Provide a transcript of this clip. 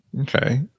Okay